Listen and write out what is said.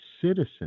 citizen